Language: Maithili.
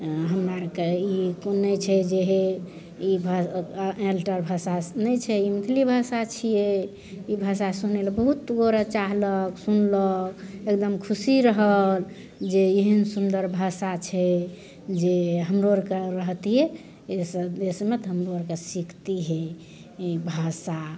हमरा आरके ई कोन नहि छै जे हे ई अलटर भाषा नहि छै ई मैथिली भाषा छियै ई भाषा सुनैलए बहुत गोरा चाहलक सुनलक एकदम खुशी रहल जे एहन सुन्दर भाषा छै जे हमरो आरके रहतियै एहिसँ एहि सबमे तऽ हमरो आरके सिखतियै ई भाषा